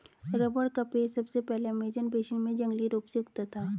rubber का पेड़ सबसे पहले अमेज़न बेसिन में जंगली रूप से उगता था